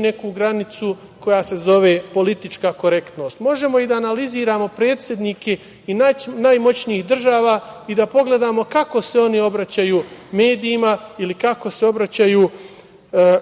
neku granicu koja se zove politička korektnost. Možemo i da analiziramo predsednike i najmoćnijih država i da pogledamo kako se oni obraćaju medijima ili kako se obraćaju